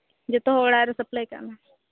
ᱡᱛᱚᱚ ᱦᱚᱲᱟᱜ ᱨᱮ ᱥᱟᱯᱞᱟᱭ ᱠᱟᱜ ᱢᱮ